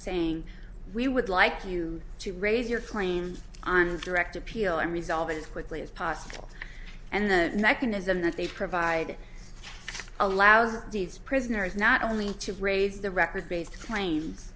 saying we would like you to raise your claim on direct appeal and resolve as quickly as possible and the mechanism that they provide allows these prisoners not only to raise the record based cla